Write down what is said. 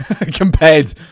compared